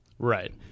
Right